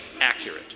accurate